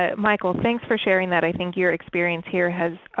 ah michael, thanks for sharing that. i think your experience here has